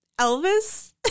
Elvis